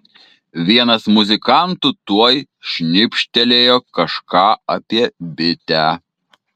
vienas muzikantų tuoj šnibžtelėjo kažką apie bitę